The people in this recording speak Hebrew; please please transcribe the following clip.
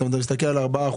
אתה מסתכל על 4%,